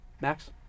Max